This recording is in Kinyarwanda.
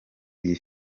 iyi